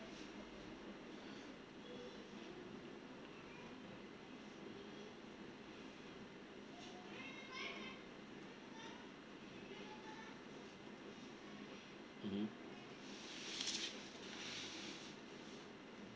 mm